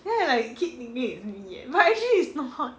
then I like keep thinking is me leh but actually is not